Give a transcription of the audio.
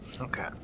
Okay